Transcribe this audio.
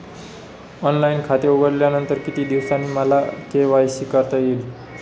Online खाते उघडल्यानंतर किती दिवसांनी मला के.वाय.सी करता येईल?